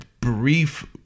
brief